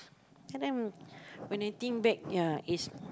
sometime when I think back ya is